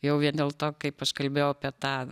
jau vien dėl to kaip aš kalbėjau apie tą